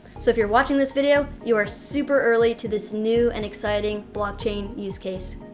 so if you're watching this video, you're super early to this new and exciting blockchain use-case.